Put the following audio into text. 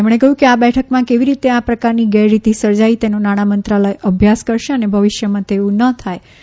તેમણે કહ્યું કે આ બેઠકમાં કેવી રીતે આ પ્રકારની ગેરરીતિ સર્જાઇ તેનો નાણાં મંત્રાલય અભ્યાસ કરશે અને ભવિષ્યમાં તેવું ન બને તેની કાળજી લેવાશે